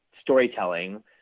storytelling